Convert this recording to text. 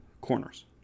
corners